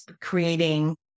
creating